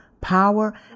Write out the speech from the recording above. power